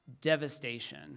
devastation